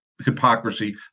hypocrisy